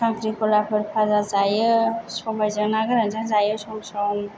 खांख्रि खलाफोर फाजा जायो सबायजों ना गोरानजों जायो सम सम